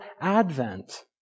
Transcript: Advent